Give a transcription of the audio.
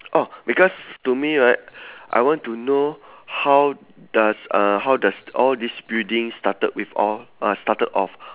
oh because to me right I want to know how does uh how does all these buildings started with all uh started off